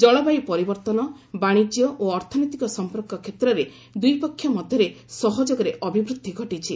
ଜଳବାୟୁ ପରିବର୍ତ୍ତନ ବାଶିଜ୍ୟ ଓ ଅର୍ଥନୈତିକ ସମ୍ପର୍କ କ୍ଷେତ୍ରରେ ଦୁଇ ପକ୍ଷ ମଧ୍ୟରେ ସହଯୋଗରେ ଅଭିବୃଦ୍ଧି ଘଟିଛି